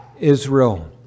Israel